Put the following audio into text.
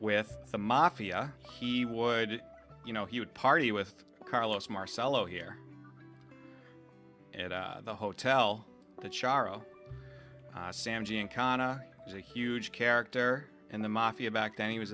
with the mafia he would you know he would party with carlos marcello here at the hotel the charro sam giancana is a huge character and the mafia back then he was